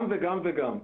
גם וגם וגם.